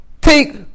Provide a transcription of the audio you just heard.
take